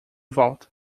volta